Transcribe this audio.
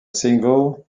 single